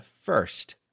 first